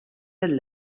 del